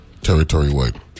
territory-wide